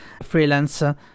freelancer